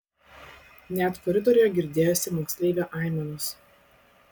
net koridoriuje girdėjosi moksleivio aimanos